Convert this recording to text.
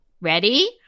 ready